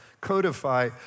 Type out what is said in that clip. codify